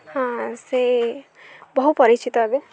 ହଁ ସେ ବହୁ ପରିଚିତ ଏବେ